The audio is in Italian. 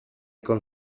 con